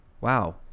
wow